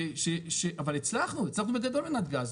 אבל הצלחנו, הצלחנו בגדול בנתגז.